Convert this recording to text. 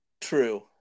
true